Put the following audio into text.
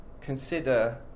consider